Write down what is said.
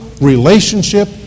relationship